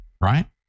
right